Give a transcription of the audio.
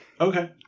Okay